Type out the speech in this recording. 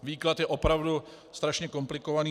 Výklad je opravdu strašně komplikovaný.